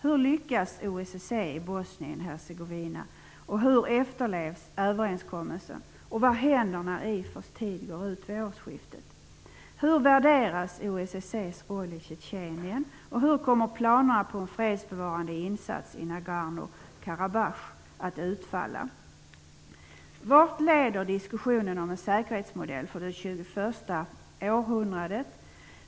Hur lyckas OSSE i Bosnien-Hercegovina, hur efterlevs överenskommelsen och vad händer när IFOR:s tid går ut vid årsskiftet? Hur värderas OSSE:s roll i Tjetjenien, och hur kommer planerna på en fredsbevarande insats i Nagorno-Karabach att utfalla? 2. Vart leder diskussionerna om en säkerhetsmodell för det tjugoförsta århundradet?